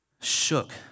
shook